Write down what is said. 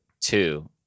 two